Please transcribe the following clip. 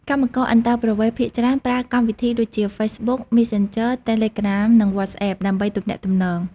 កម្មករអន្តោប្រវេសន៍ភាគច្រើនប្រើកម្មវិធីដូចជា Facebook Messenger Telegram និង WhatsApp ដើម្បីទំនាក់ទំនង។